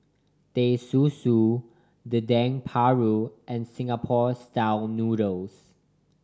Teh Susu Dendeng Paru and Singapore Style Noodles